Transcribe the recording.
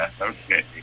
Okay